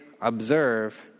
observe